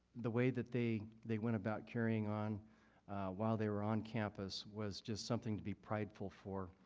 the way that they they went about carrying on while they were on campus was just something to be prideful for.